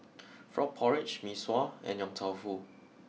frog porridge Mee Sua and Yong Tau Foo